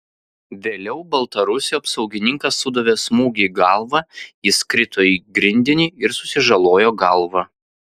vėliau baltarusiui apsaugininkas sudavė smūgį į galvą jis krito į grindinį ir susižalojo galvą